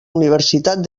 universitat